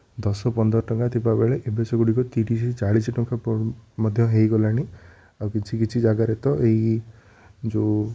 ଦଶ ପନ୍ଦର ଟଙ୍କା ଥିବା ବେଳେ ଏବେ ସେ ଗୁଡ଼ିକ ତିରିଶ ଚାଳିଶ ଟଙ୍କା ମଧ୍ୟ ହେଇଗଲାଣି ଆଉ କିଛି କିଛି ଜାଗାରେ ତ ଏହି ଯେଉଁ